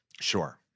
Sure